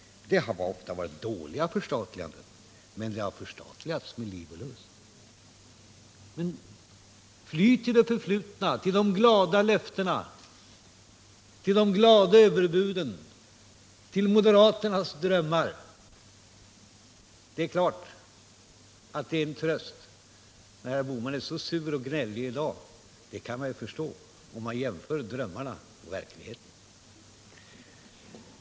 Det har ofta varit dåliga förstatliganden, men det har förstatligats med liv och lust. Men fly till det förflutna, till de glada löftena, de glada överbuden och moderaternas drömmar! Man kan förstå att herr Bohman är sur och gnällig i dag om man jämför drömmarna och verkligheten.